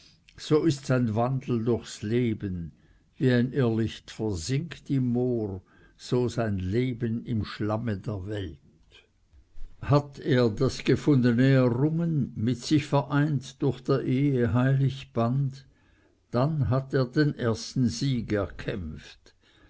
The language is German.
so ist sein wandel durchs leben wie ein irrlicht versinkt im moor so sein leben im schlamme der welt hat er das gefundene errungen mit sich vereint durch der ehe heilig band dann hat er den ersten sieg erkämpft